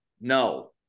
No